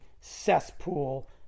cesspool